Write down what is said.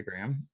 Instagram